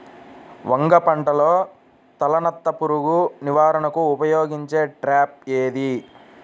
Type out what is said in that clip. వంగ పంటలో తలనత్త పురుగు నివారణకు ఉపయోగించే ట్రాప్ ఏది?